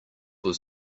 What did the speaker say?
was